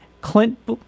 Clint